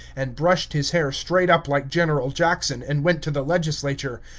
and brushed his hair straight up like general jackson, and went to the legislature,